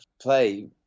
play